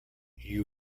you